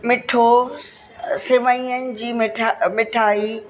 मिठो सेवाइन जी मिठा मिठाई